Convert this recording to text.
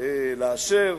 לאשר